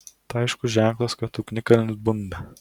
tai aiškus ženklas kad ugnikalnis bunda